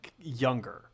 younger